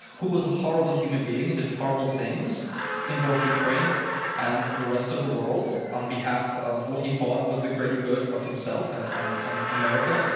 who was a horrible human being and did horrible things in both ukraine and the rest of the world on behalf of what he thought was the greater good of himself and and and america.